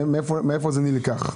מאיפה זה נלקח.